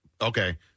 Okay